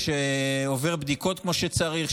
שעובר בדיקות כמו שצריך,